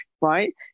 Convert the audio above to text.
Right